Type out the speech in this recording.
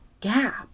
Gap